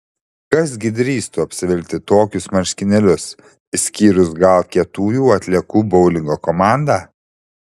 kas gi drįstų apsivilkti tokius marškinėlius išskyrus gal kietųjų atliekų boulingo komandą